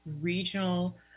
regional